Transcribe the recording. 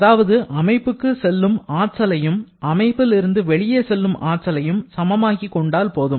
அதாவது அமைப்புக்கு செல்லும் ஆற்றலையும் அமைப்பில் இருந்து வெளியே செல்லும் ஆற்றலையும் சமமாக்கி கொண்டால் போதும்